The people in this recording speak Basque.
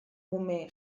ume